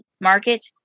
market